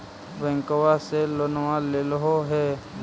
बैंकवा से लोनवा लेलहो हे?